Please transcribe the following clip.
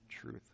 truth